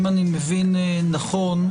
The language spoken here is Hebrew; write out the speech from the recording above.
אם אני מבין נכון,